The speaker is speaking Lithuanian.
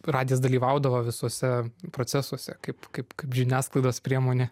radijas dalyvaudavo visuose procesuose kaip kaip kaip žiniasklaidos priemonė